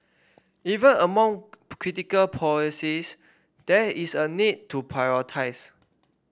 even among critical policies there is a need to prioritise